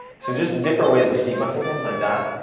so just different ways of sequencing things like that.